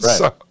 right